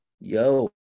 Yo